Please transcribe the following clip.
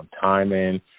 timing